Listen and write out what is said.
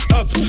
up